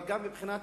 אבל גם מבחינת